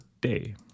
day